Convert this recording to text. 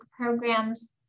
programs